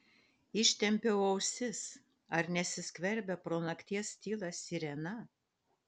ištempiu ausis ar nesiskverbia pro nakties tylą sirena